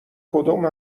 کدوم